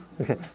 Okay